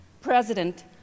President